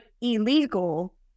illegal